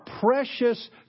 precious